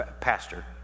pastor